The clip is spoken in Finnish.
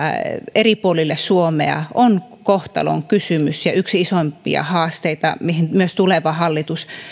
eri puolille suomea on kohtalonkysymys ja yksi isoimpia haasteita mihin myös tuleva hallitus